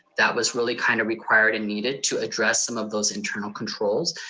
that was really kind of required and needed to address some of those internal controls,